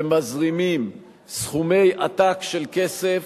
ומזרימים סכומי עתק של כסף